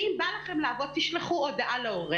ואם בא לכם לעבוד, תשלחו הודעה להורה